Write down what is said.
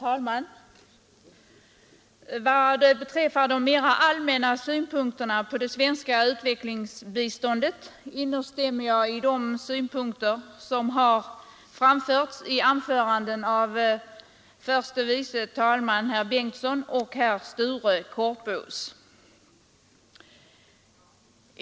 Herr talman! Jag instämmer i de mera allmänna synpunkter på det svenska utvecklingsbiståndet som framförts i anföranden av herr förste vice talmannen Bengtson och herr Sture Korpås.